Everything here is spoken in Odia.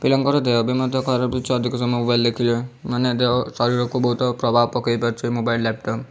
ପିଲାଙ୍କର ଦେହ ବି ମଧ୍ୟ ଖରାପ ହେଉଛି ଅଧିକ ସମୟ ମୋବାଇଲ ଦେଖିଲେ ମାନେ ଦେହ ଶରୀରକୁ ବହୁତ ପ୍ରଭାବ ପକାଇ ପାରୁଛି ମୋବାଇଲ ଲ୍ୟାପଟପ୍